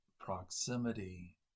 proximity